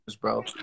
bro